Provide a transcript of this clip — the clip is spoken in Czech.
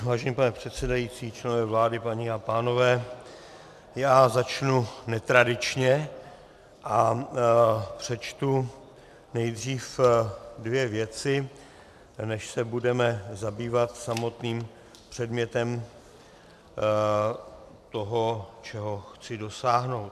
Vážený pane předsedající, členové vlády, paní a pánové, já začnu netradičně a přečtu nejdříve dvě věci, než se budeme zabývat samotným předmětem toho, čeho chci dosáhnout.